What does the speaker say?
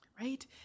right